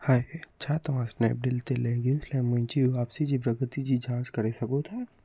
हाय छा तव्हां स्नैपडील ते लेगिन्स लाइ मुंहिंजी वापसी जी प्रगति जी जांच करे सघो था